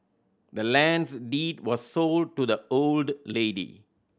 the land's deed was sold to the old lady